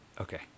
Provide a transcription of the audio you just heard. okay